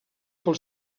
pel